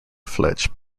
fledged